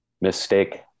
mistake